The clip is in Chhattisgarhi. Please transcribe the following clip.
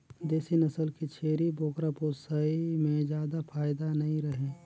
देसी नसल के छेरी बोकरा पोसई में जादा फायदा नइ रहें